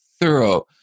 thorough